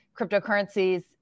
cryptocurrencies